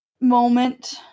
moment